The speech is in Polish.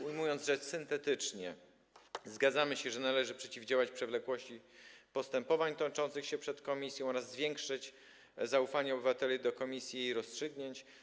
Ujmując rzecz syntetycznie, zgadzamy się, że należy przeciwdziałać przewlekłości postępowań toczących się przed komisją oraz zwiększyć zaufanie obywateli do komisji i jej rozstrzygnięć.